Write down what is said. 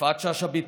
יפעת שאשא ביטון,